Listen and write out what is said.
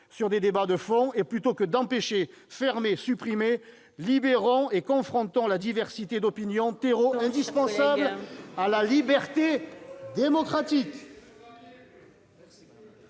aux débats de fond et, plutôt que d'empêcher, de fermer et de supprimer, libérons et confrontons la diversité d'opinions, terreau indispensable à la liberté démocratique